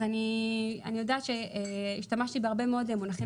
אני יודעת שאני שהשתמשתי בהרבה מאוד מונחים